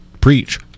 preach